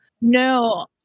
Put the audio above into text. No